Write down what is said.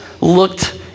looked